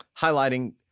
highlighting